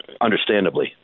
understandably